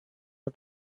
the